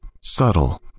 subtle